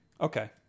Okay